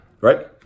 right